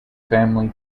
family